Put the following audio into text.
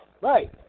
right